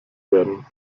werden